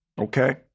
Okay